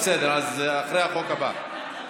בסדר, אז אחרי החוק הבא.